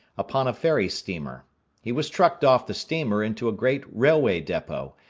upon a ferry steamer he was trucked off the steamer into a great railway depot,